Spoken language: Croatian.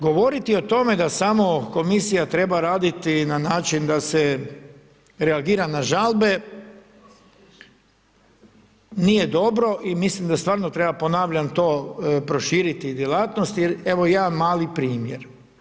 Govoriti o tome da samo komisija treba raditi na način da se reagira na žalbe, nije dobro i mislim da stvarno treba, ponavljam to, proširiti djelatnosti, evo jedan mali primjer.